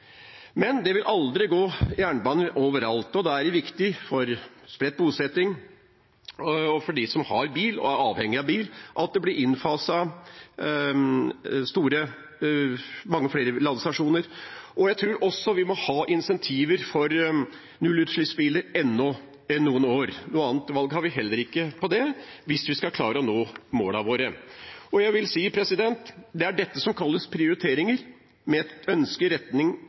Men det vil aldri gå jernbaner over alt. Da er det der det er spredt bosetting, viktig for dem som har bil, og som er avhengig av bil, at det blir innfaset mange flere ladestasjoner. Jeg tror også vi må ha insentiver for nullutslippsbiler enda noen år. Noe annet valg har vi heller ikke der, hvis vi skal klare å nå målene våre. Jeg vil si at det er dette som kalles prioriteringer, med en ønsket retning